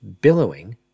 billowing